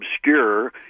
obscure